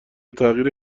تغییر